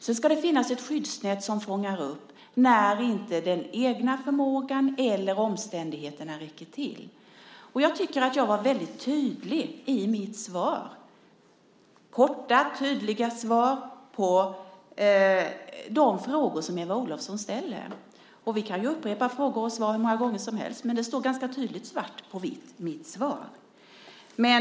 Sedan ska det finnas ett skyddsnät som fångar upp när inte den egna förmågan eller omständigheterna räcker till. Jag tycker att jag var väldigt tydlig i mitt svar. Där finns korta, tydliga svar på de frågor som Eva Olofsson ställer. Vi kan ju upprepa frågor och svar hur många gånger som helst, men det står ganska tydligt svart på vitt i mitt svar.